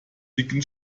dicken